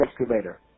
excavator